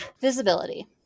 visibility